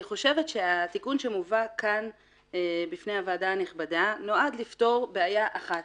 התיקון שמובא כאן בפני הוועדה הנכבדה נועד לפתור בעיה אחת